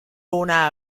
una